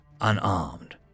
unarmed